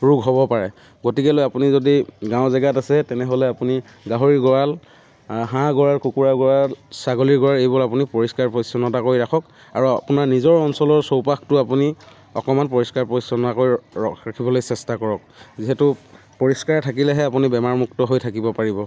ৰোগ হ'ব পাৰে গতিকে লৈ আপুনি যদি গাঁৱৰ জেগাত আছে তেনেহ'লে আপুনি গাহৰিৰ গঁৰাল হাঁহ গঁৰাল কুকুৰাৰ গঁৰাল ছাগলীৰ গঁৰাল এইবোৰ আপুনি পৰিষ্কাৰ পৰিচ্ছন্নতা কৰি ৰাখক আৰু আপোনাৰ নিজৰ অঞ্চলৰ চৌপাশটো আপুনি অকণমান পৰিষ্কাৰ পৰিচ্ছন্ন কৰি ৰাখিবলৈ চেষ্টা কৰক যিহেতু পৰিষ্কাৰ থাকিলেহে আপুনি বেমাৰমুক্ত হৈ থাকিব পাৰিব